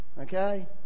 Okay